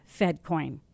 FedCoin